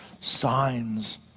signs